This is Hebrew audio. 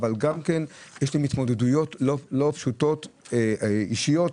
אבל גם יש להם התמודדויות לא פשוטות אישיות.